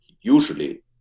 usually